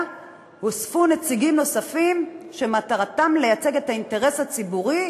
הוספו נציגים נוספים שמטרתם לייצג את האינטרס הציבורי,